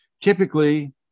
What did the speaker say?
Typically